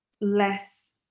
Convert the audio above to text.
less